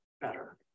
better